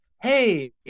hey